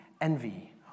envy